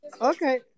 Okay